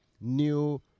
new